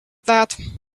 that